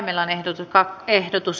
touko aallon ehdotus